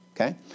Okay